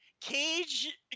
Cage